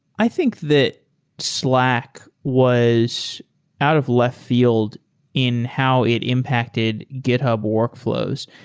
i think that slack was out of left field in how it impacted github workflows.